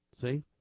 See